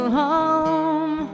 home